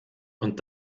und